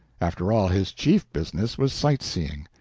after all, his chief business was sight-seeing.